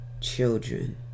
children